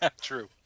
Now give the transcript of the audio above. true